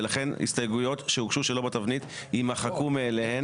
ולכן הסתייגויות שהוגשו שלא בתבנית יימחקו מאליהם.